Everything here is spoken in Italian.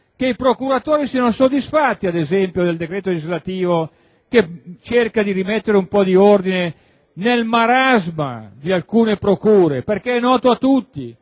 che i procuratori siano soddisfatti, ad esempio, del decreto legislativo che cerca di rimettere un po' di ordine nel marasma di alcune procure, perché è noto a tutti